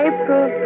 April